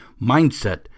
Mindset